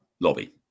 lobby